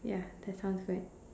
ya that's sounds good